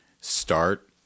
start